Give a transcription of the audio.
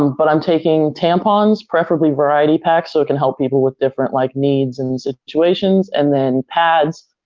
um but i'm taking tampons, preferably variety packs so it can help people with different like needs and situations and then pads,